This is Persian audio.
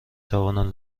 توانم